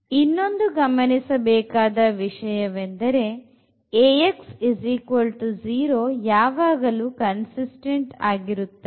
ಇನ್ನೊಂದು ಗಮನಿಸಬೇಕಾದ ವಿಷಯವೆಂದರೆ Ax 0 ಯಾವಾಗಲೂ ಕನ್ಸಿಸ್ತೆಂಟ್ ಆಗಿರುತ್ತದೆ